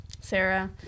Sarah